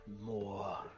more